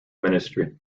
ministry